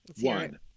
One